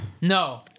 No